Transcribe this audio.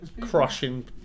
crushing